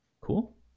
Cool